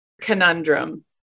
Conundrum